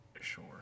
Sure